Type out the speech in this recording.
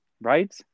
right